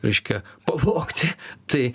reiškia pavogti tai